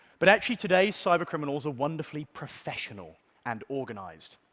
but actually today, cybercriminals are wonderfully professional and organized.